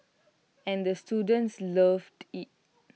and the students loved IT